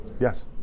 yes